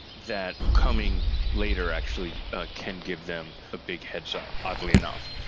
that coming later actually ah can give them a big heads-up oddly enough,